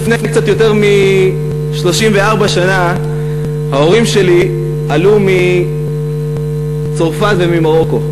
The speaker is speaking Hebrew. לפני קצת יותר מ-34 שנה ההורים שלי עלו מצרפת וממרוקו.